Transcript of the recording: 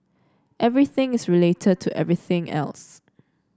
everything is related to everything else